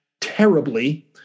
terribly